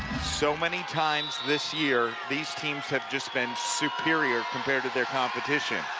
so many times this year these teams have just been superior compared to their competition,